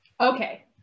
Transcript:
Okay